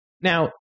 Now